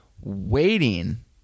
waiting